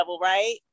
right